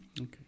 Okay